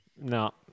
No